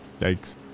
Yikes